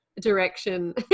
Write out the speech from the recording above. direction